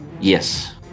Yes